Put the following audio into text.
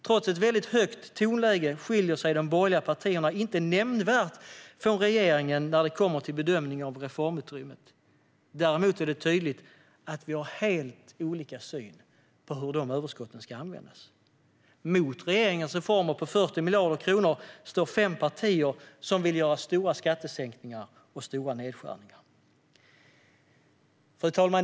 Trots ett väldigt högt tonläge skiljer sig de borgerliga partierna inte nämnvärt från regeringen när det kommer till bedömningen av reformutrymmet. Däremot är det tydligt att vi har helt olika syn på hur överskotten ska användas. Mot regeringens reformer på 40 miljarder kronor står fem partier som vill göra stora skattesänkningar och stora nedskärningar. Fru talman!